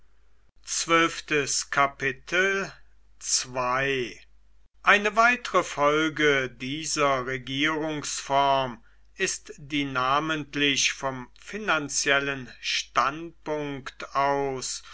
eine weitere folge dieser regierungsform ist die namentlich vom finanziellen standpunkt aus